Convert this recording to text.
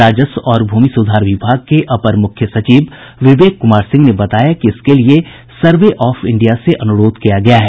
राजस्व और भूमि सुधार विभाग के अपर मुख्य सचिव विवेक कुमार सिंह ने बताया कि इसके लिए सर्वे ऑफ इंडिया से अनुरोध किया गया है